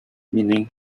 meaning